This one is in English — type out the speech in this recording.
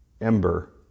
Ember